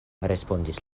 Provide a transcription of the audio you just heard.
respondis